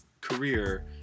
career